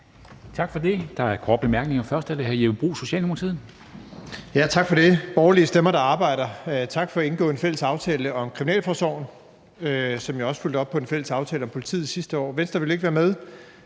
Tak for det. Der er korte bemærkninger. Først er det hr. Jeppe Bruus, Socialdemokratiet. Kl. 14:37 Jeppe Bruus (S): Tak for det. Borgerlige stemmer, der arbejder! Tak for at indgå en fælles aftale om kriminalforsorgen, som jo også fulgte op på den fælles aftale om politiet sidste år. Venstre ville på grund